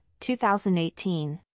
2018